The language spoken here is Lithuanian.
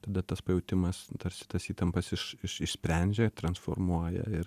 tada tas pajautimas tarsi tas įtampas iš iš išsprendžia transformuoja ir